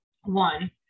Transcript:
One